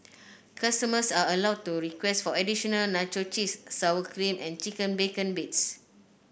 were